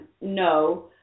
no